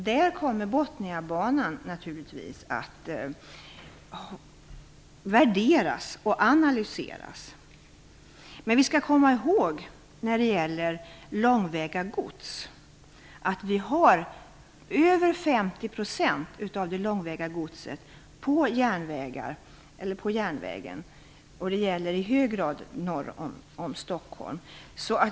Där kommer Botniabanan naturligtvis att värderas och analyseras. Men vi skall komma ihåg att över 50 % av det långväga godset fraktas på järnvägen, och det gäller i hög grad norr om Stockholm.